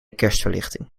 kerstverlichting